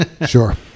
Sure